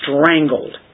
strangled